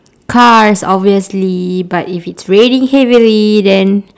cars obviously but if it's raining heavily then